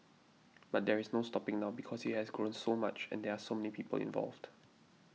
but there is no stopping now because it has grown so much and there are so many people involved